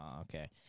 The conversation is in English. okay